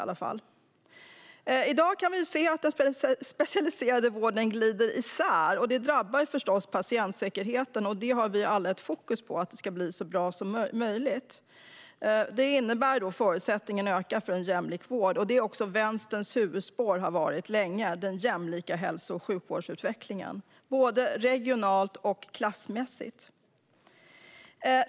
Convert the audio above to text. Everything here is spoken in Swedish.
Vi kan se att den specialiserade vården glider isär i dag, och det drabbar patientsäkerheten. Allas fokus är på att det ska bli så bra som möjligt. Det ökar förutsättningarna för jämlik vård. Och den jämlika hälso och sjukvårdsutvecklingen, både regionalt och klassmässigt, har länge varit Vänsterns huvudspår.